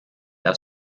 aus